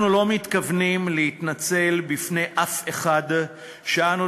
אנחנו לא מתכוונים להתנצל בפני אף אחד על כך שאנו